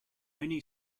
many